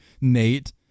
Nate